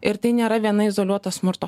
ir tai nėra viena izoliuota smurto